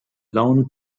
lone